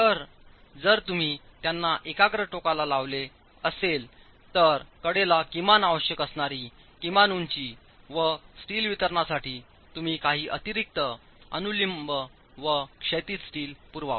तर जर तुम्ही त्यांना एकाग्र टोकाला लावले असेल तर कोडला किमान आवश्यक असणारी किमान उंची व स्टील वितरणासाठी तुम्ही काही अतिरिक्त अनुलंब आणि क्षैतिज स्टील पुरवावे